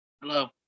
Hello